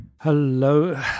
Hello